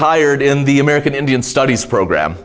hired in the american indian studies program